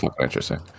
Interesting